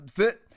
fit